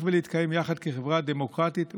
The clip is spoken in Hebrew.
להתקיים יחד כחברה דמוקרטית ופלורליסטית.